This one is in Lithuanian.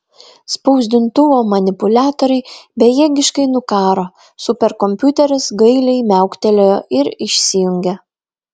spausdintuvo manipuliatoriai bejėgiškai nukaro superkompiuteris gailiai miauktelėjo ir išsijungė